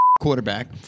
quarterback